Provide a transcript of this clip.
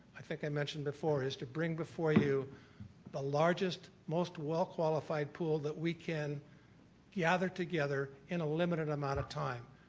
i think i mentioned before, is to bring before you the largest most well qualified pool that we can gather together in a limited amount of time.